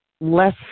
less